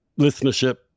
listenership